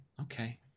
Okay